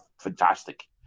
fantastic